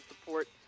support